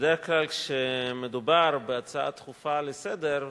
בדרך כלל, כשמדובר בהצעה דחופה לסדר-היום,